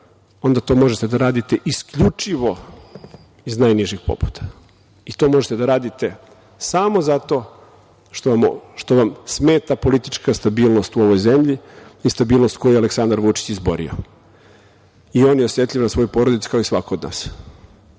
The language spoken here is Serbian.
onda to možete da radite isključivo iz najnižih pobuda. To možete da radite samo zato što vam smeta politička stabilnost u ovoj zemlji i stabilnost za koju se Aleksandar Vučić izborio. I on je osetljiv na svoju porodicu kao i svako od nas.